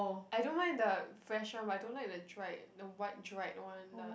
I don't mind the fresher but I don't like the dried the white dried one the